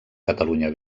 catalunya